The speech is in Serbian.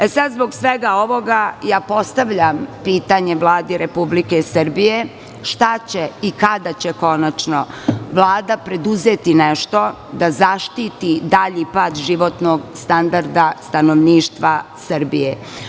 Zbog svega ovoga, postavljam pitanje Vladi Republike Srbije – šta će i kada će konačno Vlada preduzeti nešto da zaštiti dalji pad životnog standarda stanovništva Srbije?